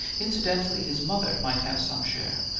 incidentally, his mother might have some share,